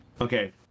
Okay